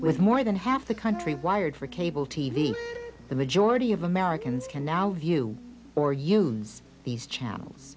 with more than half the country wired for cable t v the majority of americans can now view or use these channels